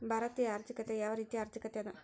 ಭಾರತೇಯ ಆರ್ಥಿಕತೆ ಯಾವ ರೇತಿಯ ಆರ್ಥಿಕತೆ ಅದ?